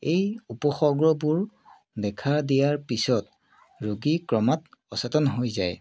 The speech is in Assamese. এই উপসৰ্গবোৰ দেখা দিয়াৰ পিছত ৰোগী ক্ৰমাৎ অচেতন হৈ যায়